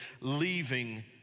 leaving